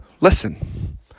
listen